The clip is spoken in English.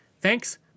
Thanks